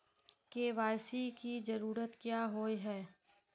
KYC की जरूरत क्याँ होय है?